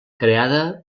creada